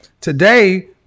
Today